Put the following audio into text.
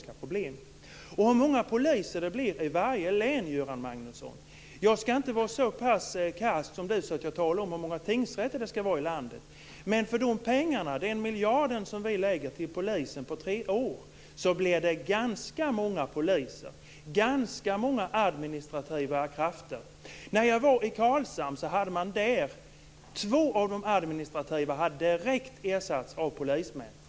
Göran Magnusson frågar hur många poliser det blir i varje län. Jag skall inte vara så pass krass som han är och tala om hur många tingsrätter det skall vara i landet. Men för de pengarna, den miljard vi ger till polisen på tre år, blir det ganska många poliser, ganska många administrativa krafter. När jag var i Karlshamn hade två personer med administrativa uppgifter direkt ersatts av polismän.